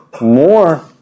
more